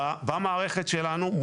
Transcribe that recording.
במערכת שלנו,